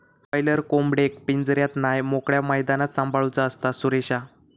boiler कोंबडेक पिंजऱ्यात नाय मोकळ्या मैदानात सांभाळूचा असता, सुरेशा